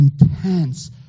intense